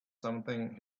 something